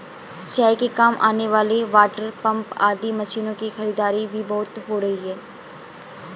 सिंचाई के काम आने वाले वाटरपम्प आदि मशीनों की खरीदारी भी बहुत हो रही है